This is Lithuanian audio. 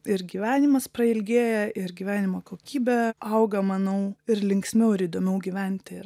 ir gyvenimas prailgėja ir gyvenimo kokybė auga manau ir linksmiau ir įdomiau gyventi yra